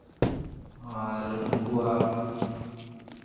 ᱟᱨ ᱩᱱᱠᱩᱣᱟᱜ